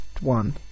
one